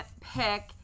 pick